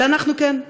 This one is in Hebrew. אבל אנחנו כן,